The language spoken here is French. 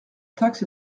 taxe